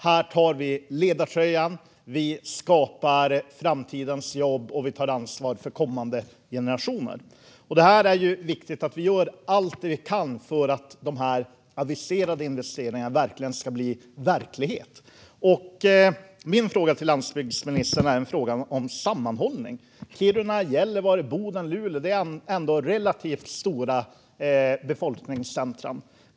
Här tar vi på oss ledartröjan. Vi skapar framtidens jobb, och vi tar ansvar för kommande generationer. Det är viktigt att vi gör allt vi kan för att de aviserade investeringarna verkligen ska bli verklighet. Min fråga till landsbygdsministern är en fråga om sammanhållning. Kiruna, Gällivare, Boden och Luleå är relativt stora befolkningscentrum.